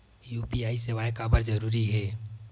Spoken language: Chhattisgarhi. यू.पी.आई सेवाएं काबर जरूरी हे?